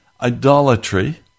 idolatry